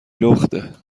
لخته